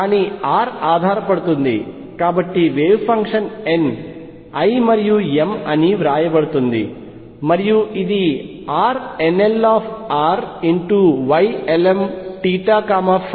కానీ r ఆధారపడుతుంది కాబట్టి వేవ్ ఫంక్షన్ n l మరియు m అని వ్రాయబడుతుంది మరియు ఇదిRnlrYlmθϕ